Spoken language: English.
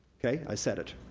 okay, i said it,